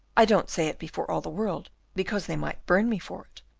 i don't say it before all the world, because they might burn me for it,